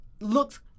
looks